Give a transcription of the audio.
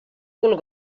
cul